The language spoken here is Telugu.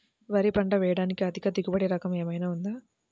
వరి పంట వేయటానికి అధిక దిగుబడి రకం ఏమయినా ఉందా?